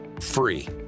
free